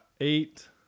eight